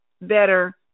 better